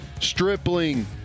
Stripling